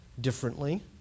differently